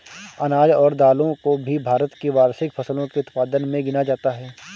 अनाज और दालों को भी भारत की वार्षिक फसलों के उत्पादन मे गिना जाता है